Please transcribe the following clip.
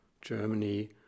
Germany